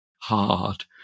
hard